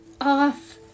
off